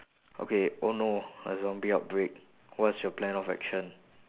okay oh no a zombie outbreak what's your plan of action